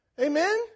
Amen